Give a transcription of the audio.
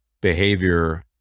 behavior